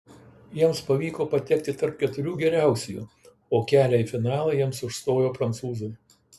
jiems pavyko patekti tarp keturių geriausiųjų o kelią į finalą jiems užstojo prancūzai